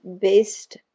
based